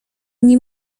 nie